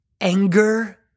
anger